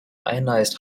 ionized